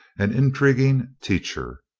an intriguing teacher.